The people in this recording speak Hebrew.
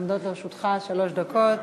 עומדות לרשותך שלוש דקות.